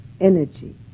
Energy